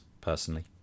personally